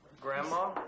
Grandma